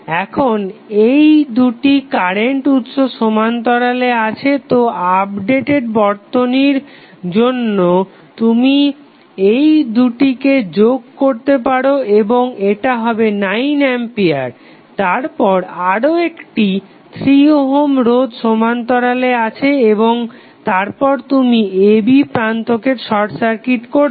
এখন এই দুটি কারেন্ট উৎস সমান্তরালে আছে তো আপডেটেড বর্তনীটির জন্য তুমি এই দুটিকে যোগ করতে পারো এবং এটা হবে 9 অ্যাম্পিয়ার তারপর আরও একটি 3 ওহম রোধ সমান্তরালে আছে এবং তারপর তুমি a b প্রান্তকে শর্ট সার্কিট করেছো